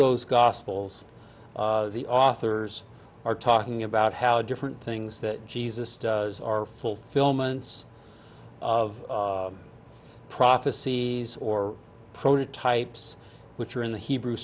those gospels the authors are talking about how different things that jesus does are fulfillments of prophecies or prototypes which are in the hebrew